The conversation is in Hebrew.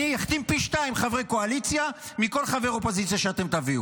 אני אחתים פי שניים חברי קואליציה מכל חבר אופוזיציה שאתם תביאו.